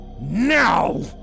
now